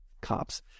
cops